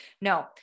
No